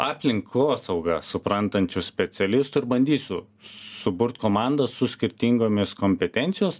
aplinkosaugą suprantančių specialistų ir bandysiu suburt komandą su skirtingomis kompetencijos